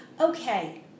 okay